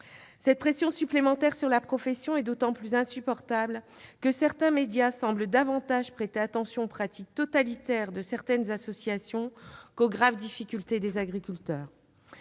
Cette pression supplémentaire sur la profession est d'autant plus insupportable que certains médias semblent davantage prêter attention aux pratiques totalitaires de certaines associations qu'aux graves difficultés des agriculteurs.